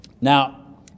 Now